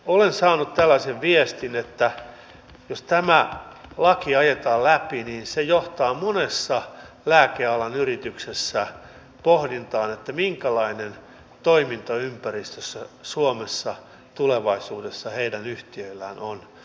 olen saanut tällaisen viestin että jos tämä laki ajetaan läpi niin se johtaa monessa lääkealan yrityksessä pohdintaan minkälainen toimintaympäristö suomessa tulevaisuudessa heidän yhtiöillään on